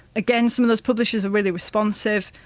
again, some of those publishers are really responsive,